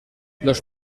los